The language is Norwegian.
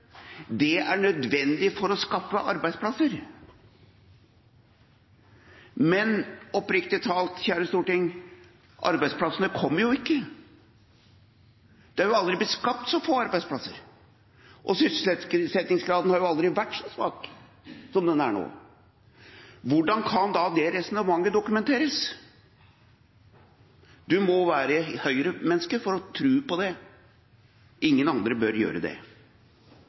det er nødvendig for å skaffe arbeidsplasser. Men oppriktig talt, kjære storting: Arbeidsplassene kom jo ikke, det har jo aldri blitt skapt så få arbeidsplasser, og sysselsettingsgraden har jo aldri vært så svak som den er nå. Hvordan kan da det resonnementet dokumenteres? Man må være høyremenneske for å tro på det. Ingen andre bør gjøre det.